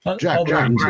Jack